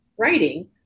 writing